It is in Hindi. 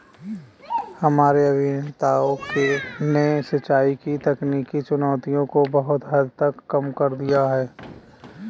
हमारे अभियंताओं ने सिंचाई की तकनीकी चुनौतियों को बहुत हद तक कम कर दिया है